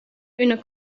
üna